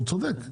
הוא צודק.